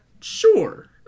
Sure